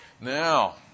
now